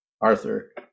Arthur